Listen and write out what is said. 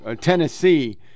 Tennessee